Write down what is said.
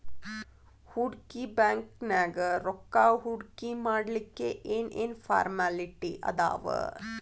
ಹೂಡ್ಕಿ ಬ್ಯಾಂಕ್ನ್ಯಾಗ್ ರೊಕ್ಕಾ ಹೂಡ್ಕಿಮಾಡ್ಲಿಕ್ಕೆ ಏನ್ ಏನ್ ಫಾರ್ಮ್ಯಲಿಟಿ ಅದಾವ?